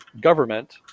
government